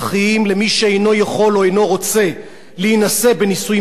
שאינו יכול או אינו רוצה להינשא בנישואים דתיים.